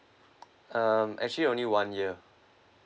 um actually only one year